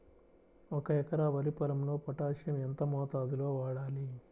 ఒక ఎకరా వరి పొలంలో పోటాషియం ఎంత మోతాదులో వాడాలి?